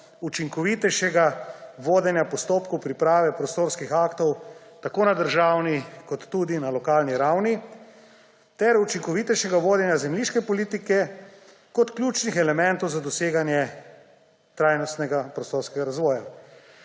učinkovitejšega vodenja postopkov priprave prostorskih aktov tako na državni kot tudi na lokalni ravni ter učinkovitejšega vodenja zemljiške politike kot ključnih elementov za doseganje trajnostnega prostorskega razvoja.